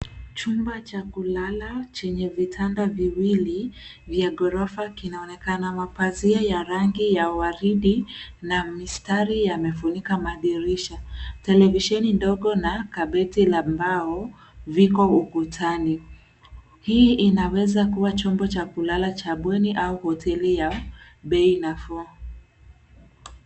Chumba cha kulala chenye vitanda viwili vya ghorofa kinaonekana. Mapazia ya rangi ya waridi na mistari yamefunika madirisha. Televisheni ndogo na kabeti la mbao viko ukutani. Hii inaweza kuwa chombo cha kulala cha bweni au hoteli ya bei nafuu.